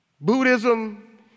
Buddhism